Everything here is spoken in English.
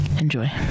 Enjoy